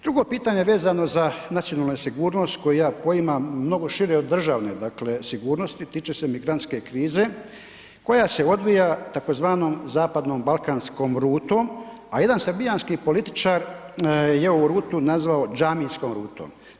Drugo pitanje vezano za nacionalnu sigurnost koju ja poimam mnogo šire od državne, dakle, sigurnost i tiče se migrantske krize koja se odbija tzv. zapadnom balkanskom rutom, a jedan srbijanski političar je ovu rutu nazvao džamijskom rutom.